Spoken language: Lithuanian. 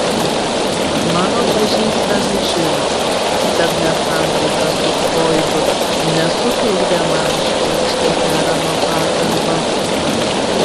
mano pažįstami žino kad nesantaika su froidu nesutrukdė man išreikšti deramą pagarbą